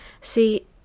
See